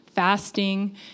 fasting